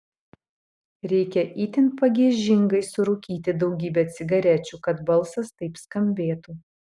reikia itin pagiežingai surūkyti daugybę cigarečių kad balsas taip skambėtų